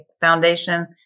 foundation